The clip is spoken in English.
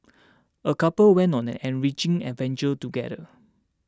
a couple went on an enriching adventure together